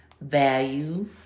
value